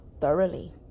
thoroughly